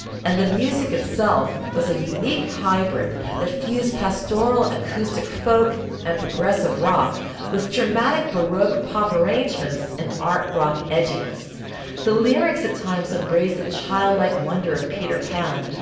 and the music itself was a unique hybrid that fused pastoral acoustic folk and progressive rock with dramatic baroque pop arrangements and art rock edginess the lyrics at times embrace the childlike wonder of peter pan,